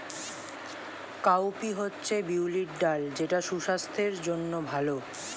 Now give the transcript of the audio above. cowpea হচ্ছে বিউলির ডাল যেটা সুস্বাস্থ্যের জন্য ভালো